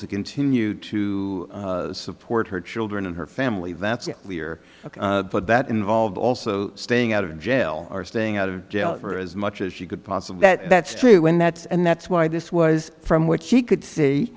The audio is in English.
to continue to support her children and her family that's clear but that involved also staying out of jail or staying out of jail for as much as she could possibly that that's true and that's and that's why this was from what she could say